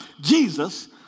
Jesus